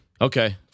Okay